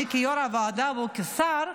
אני כיו"ר הוועדה והוא כשר,